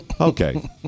Okay